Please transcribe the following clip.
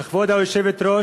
כבוד היושבת-ראש,